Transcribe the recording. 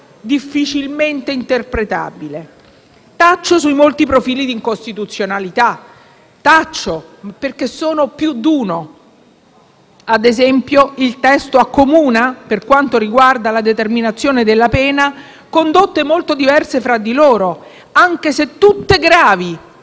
difficilmente interpretabile. Taccio sui molti profili di incostituzionalità, perché sono più d'uno. Ad esempio il testo accomuna, per quanto riguarda la determinazione della pena, condotte molto diverse fra di loro, anche se tutte gravi.